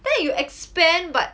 then you expand but